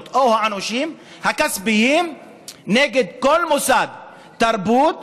או העונשים הכספיים נגד כל מוסד תרבות